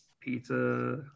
Pizza